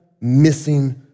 missing